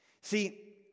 See